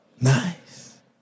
nice